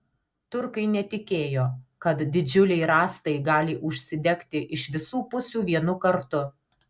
turkai netikėjo kad didžiuliai rąstai gali užsidegti iš visų pusių vienu kartu